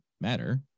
matter